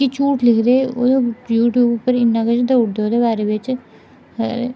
कि झूठ लिखदे ओह् यूट्यूब उप्पर इन्ना किश देई ओड़दे ओह्दे बारे बिच